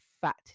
fat